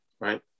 Right